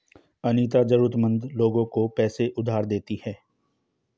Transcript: अनीता जरूरतमंद लोगों को पैसे उधार पर देती है